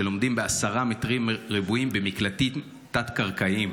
שלומדים בעשרה מטרים רבועים במקלטים תת-קרקעיים.